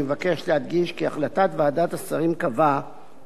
אני מבקש להדגיש כי החלטת ועדת השרים קבעה